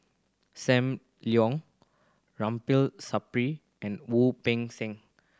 Sam Leong Ramli Sarip and Wu Peng Seng